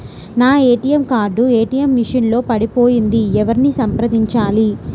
నా ATM card ATM machine లో పడిపోయింది ఎవరిని సంప్రదించాలి?